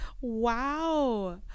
wow